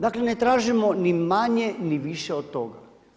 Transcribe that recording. Dakle, ne tražimo ni manje, ni više od toga.